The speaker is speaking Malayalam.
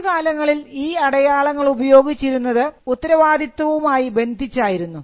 ആദ്യകാലങ്ങളിൽ ഈ അടയാളങ്ങൾ ഉപയോഗിച്ചിരുന്നത് ഉത്തരവാദിത്വവും ആയി ബന്ധിച്ചായിരുന്നു